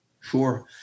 Sure